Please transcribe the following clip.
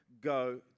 go